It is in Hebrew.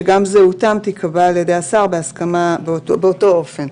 שגם זהותם תיקבע על ידי השר באותו אופן,